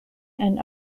and